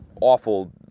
awful